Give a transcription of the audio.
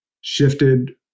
shifted